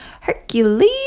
Hercules